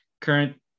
current